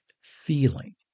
feeling